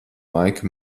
laika